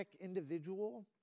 individual